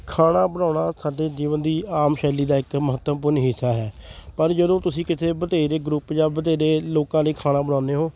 ਖਾਣਾ ਬਣਾਉਣਾ ਸਾਡੇ ਜੀਵਨ ਦੀ ਆਮ ਸ਼ੈਲੀ ਦਾ ਇੱਕ ਮਹੱਤਵਪੂਰਨ ਹਿੱਸਾ ਹੈ ਪਰ ਜਦੋਂ ਤੁਸੀਂ ਕਿਤੇ ਵਧੇਰੇ ਗਰੁੱਪ ਜਾਂ ਵਧੇਰੇ ਲੋਕਾਂ ਲਈ ਖਾਣਾ ਬਣਾਉਂਦੇ ਹੋ